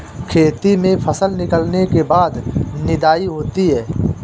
खेती में फसल निकलने के बाद निदाई होती हैं?